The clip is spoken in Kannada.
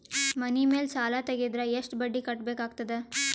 ಮನಿ ಮೇಲ್ ಸಾಲ ತೆಗೆದರ ಎಷ್ಟ ಬಡ್ಡಿ ಕಟ್ಟಬೇಕಾಗತದ?